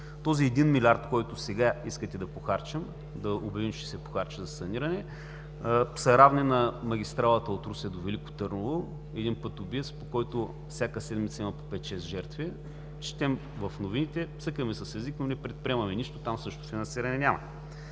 Този един милиард, който сега искате да похарчим, да обявим, че ще се похарчи за саниране, е равен на магистралата от Русе до Велико Търново – един път убиец, по който всяка седмица има по 5 – 6 жертви. Четем в новините, цъкаме с език, но не предприемаме нищо – там също няма